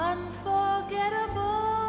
Unforgettable